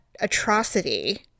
atrocity